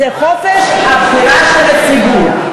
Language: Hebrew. זה חופש הבחירה של הציבור.